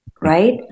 Right